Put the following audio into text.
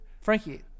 Frankie